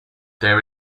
there